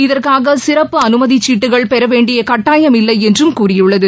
இதற்காக சிறப்பு அனுமதி சீட்டுகள் பெற வேண்டிய கட்டாயமில்லை என்றும் கூறியுள்ளது